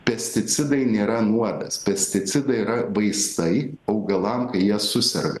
pesticidai nėra nuodas pesticidai yra vaistai augalam kai jie suserga